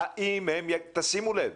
תשימו לב,